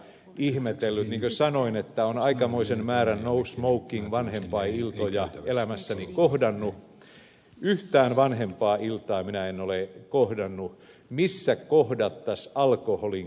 niin kuin sanoin olen aikamoisen määrän no smoking vanhempainiltoja elämässäni kohdannut mutta yhtään vanhempainiltaa minä en ole kohdannut missä kohdattaisiin alkoholin käytön ongelmat